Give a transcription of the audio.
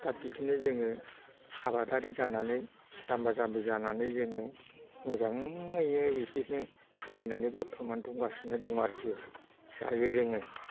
दा बिदिनो जोङो आबादारि जानानै जाम्बा जाम्बि जानानै जोङो मोजाङैनो बिदिनो सोलिनानै बर्थमान दंगासिनो दं आरोखि जायै लोङै